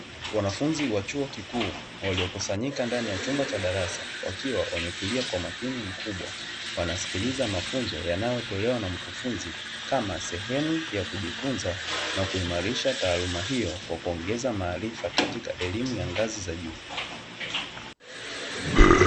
Wanafunzi wa chuo kikuu waliokusanyika ndani ya chumba cha darasa wakiwa wametulia kwa makini mkubwa, wanasikiliza mafunzo yanayotolewa na mkufunzi kama sehemu ya kujifunza na kuimarisha taaluma hiyo kwa kuongeza maarifa katika elimu ya ngazi za juu.